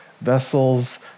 vessels